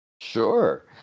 Sure